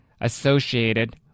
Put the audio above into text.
associated